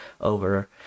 over